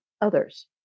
others